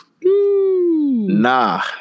Nah